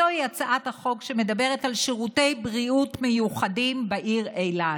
זוהי הצעת החוק שמדברת על שירותי בריאות מיוחדים בעיר אילת.